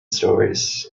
stories